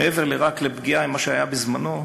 מעבר לפגיעה, מה שהיה בזמנו,